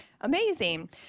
Amazing